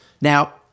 Now